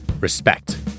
Respect